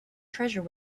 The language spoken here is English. treasure